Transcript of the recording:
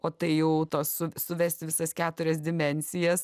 o tai jau tos suvesti visas keturias dimensijas